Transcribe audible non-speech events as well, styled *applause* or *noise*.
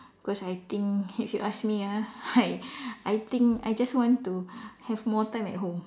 because I think if you ask me ah I *laughs* I think I just want to *breath* have more time at home